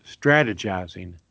strategizing